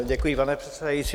Děkuji, pane předsedající.